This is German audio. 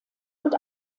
und